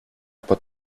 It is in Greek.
από